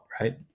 right